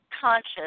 conscious